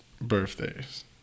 birthdays